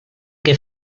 que